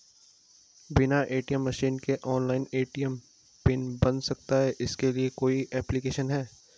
बिना ATM machine के online ATM pin बन सकता है इसके लिए कोई ऐप्लिकेशन है?